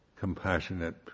Compassionate